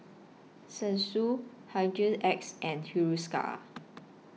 Selsun Hygin X and Hiruscar